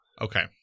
Okay